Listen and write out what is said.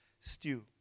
stew